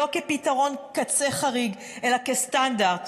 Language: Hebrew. לא כפתרון קצה חריג אלא כסטנדרט.